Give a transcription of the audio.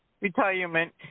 retirement